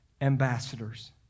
ambassadors